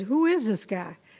who is this guy?